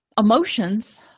emotions